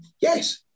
Yes